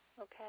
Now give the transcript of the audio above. Okay